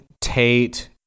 Tate